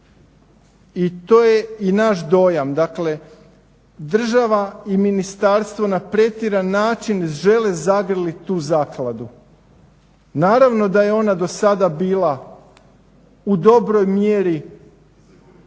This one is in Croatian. i to je i naš dojam. Dakle, država i ministarstvo na pretjeran način žele zagrlit tu zakladu. Naravno da je ona do sada bila u dobroj mjeri